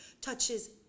touches